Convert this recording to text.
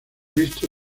visto